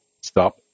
stop